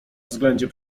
względzie